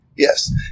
Yes